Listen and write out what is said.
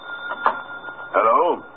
Hello